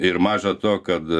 ir maža to kad